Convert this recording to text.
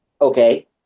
okay